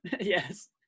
Yes